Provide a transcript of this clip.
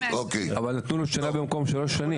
בהסכמים מהסוג הזה --- אבל נתנו לו שנה במקום שלוש שנים.